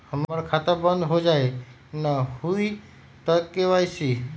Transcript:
हमर खाता बंद होजाई न हुई त के.वाई.सी?